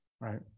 right